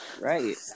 Right